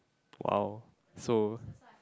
!wow! so